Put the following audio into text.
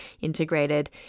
integrated